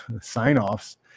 sign-offs